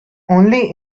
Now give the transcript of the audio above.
only